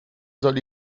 soll